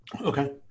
Okay